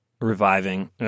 reviving